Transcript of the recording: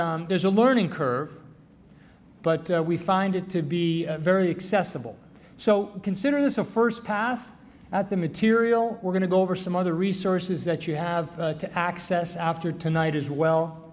there's a learning curve but we find it to be very accessible so consider this a first pass at the material we're going to go over some of the resources that you have to access after tonight as well